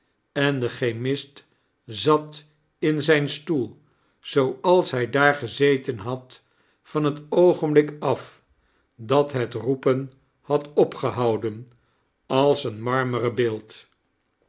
en de chemist zat in zijn stoel zooals hij daar gezeten had van het oogenblik af dat het roepen had opgehouden als een marmeren beeld